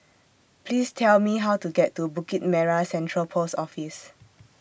Please Tell Me How to get to Bukit Merah Central Post Office